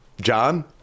John